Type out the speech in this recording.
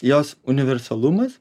jos universalumas